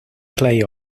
play